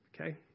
Okay